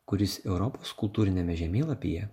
kuris europos kultūriniame žemėlapyje